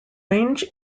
range